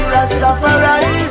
Rastafari